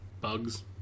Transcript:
Bugs